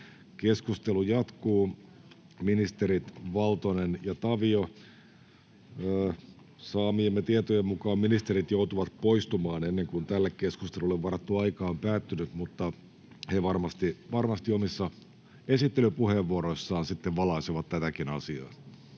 Keskustelu jatkuu. Saamiemme tietojen mukaan ministerit Valtonen ja Tavio joutuvat poistumaan ennen kuin tälle keskustelulle varattu aika on päättynyt, mutta he varmasti omissa esittelypuheenvuoroissaan sitten valaisevat tätäkin asiaa.